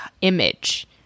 image